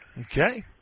Okay